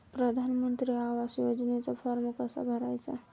प्रधानमंत्री आवास योजनेचा फॉर्म कसा भरायचा?